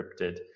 encrypted